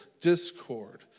discord